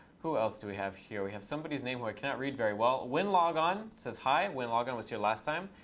who else do we have here? we have somebody's name who i can't read very well. winlogon says hi. winlogon was here last time.